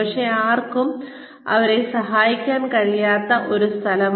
പക്ഷേ ആർക്കും അവരെ സഹായിക്കാൻ കഴിയാത്ത ഒരു സ്ഥലം